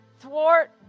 thwart